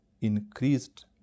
increased